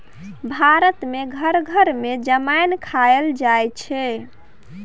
भारत मे घर घर मे जमैन खाएल जाइ छै